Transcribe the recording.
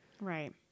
Right